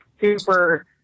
super